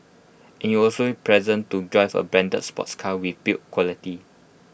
any also pleasant to drive A branded sports car with build quality